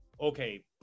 okay